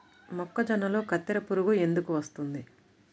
మొక్కజొన్నలో కత్తెర పురుగు ఎందుకు వస్తుంది?